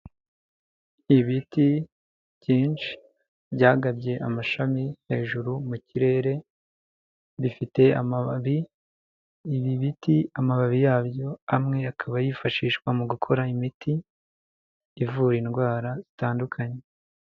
Ibiti byinshi byagabye amashami hejuru mu kirere, bifite amababi, ibi biti amababi yabyo amwe akaba yifashishwa mu gukora imiti ivura indwara zitandukanye.